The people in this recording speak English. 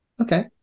Okay